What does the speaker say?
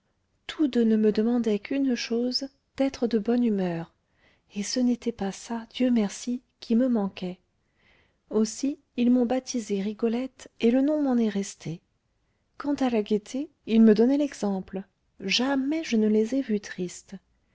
tous deux ne me demandaient qu'une chose d'être de bonne humeur et ce n'était pas ça dieu merci qui me manquait aussi ils m'ont baptisée rigolette et le nom m'en est resté quant à la gaieté ils me donnaient l'exemple jamais je ne les ai vus tristes